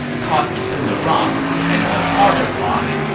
caught between a rock and a harder rock,